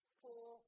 four